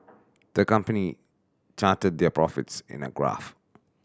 the company charted their profits in a graph